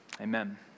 Amen